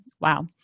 wow